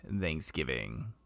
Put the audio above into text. Thanksgiving